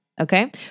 okay